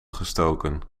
gestoken